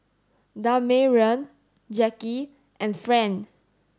Damarion Jackie and Fran